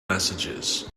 messages